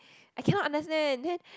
I cannot understand then